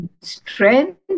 strength